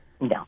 No